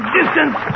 distance